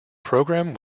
program